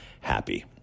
happy